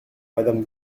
madame